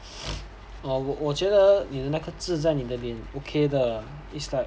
oh 我觉得你的那个痣在你的脸 okay 的